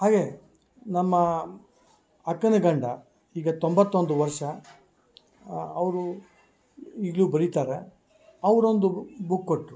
ಹಾಗೆ ನಮ್ಮ ಅಕ್ಕನ ಗಂಡ ಈಗ ತೊಂಬತ್ತೊಂದು ವರ್ಷ ಅವರು ಈಗಲೂ ಬರಿತಾರೆ ಅವರೊಂದು ಬುಕ್ ಕೊಟ್ಟರು